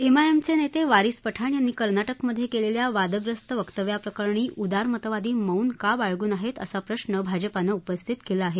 एमआयएमचे नेते वारिस पठाण यांनी कर्नाटकमधे केलेल्या वादग्रस्त वक्तव्याप्रकरणी उदारमतवादी मौन का बाळगून आहेत असा प्रश्र भाजपानं उपस्थित केला आहे